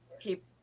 Keep